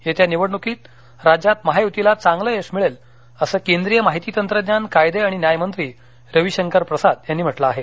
येत्या निवडणुकीत राज्यात महायुतीला चांगलं यश मिळेल असं केंद्रीय माहिती तंत्रज्ञान कायदे आणि न्याय मंत्री रविशंकर प्रसाद यांनी म्हटलं आहे